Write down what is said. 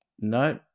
No